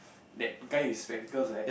that guy in spectacles right